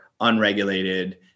unregulated